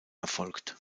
erfolgt